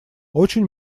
очень